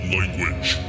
language